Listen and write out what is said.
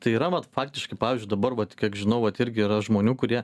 tai yra vat faktiškai pavyzdžiui dabar vat kiek žinau vat irgi yra žmonių kurie